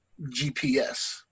GPS